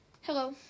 Hello